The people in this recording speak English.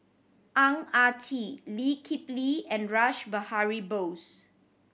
Ang Ah Tee Lee Kip Lee and Rash Behari Bose